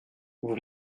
vous